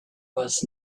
was